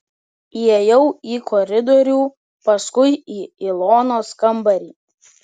įėjau į koridorių paskui į ilonos kambarį